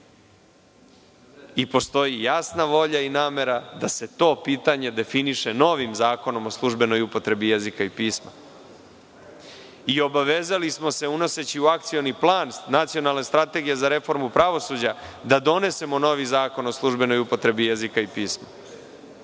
Postoji jasna volja i namera da se to pitanje definiše novim Zakonom o službenoj upotrebi jezika i pisma i obavezali smo se, unoseći u Akcioni plan Nacionalne strategije za reformu pravosuđa da donesemo novi Zakon o službenoj upotrebi jezika i pisma. Da